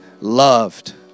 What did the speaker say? loved